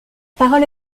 parole